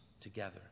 together